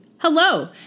Hello